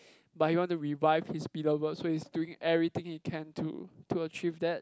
but he want to revive his beloved so he's doing everything he can to to achieve that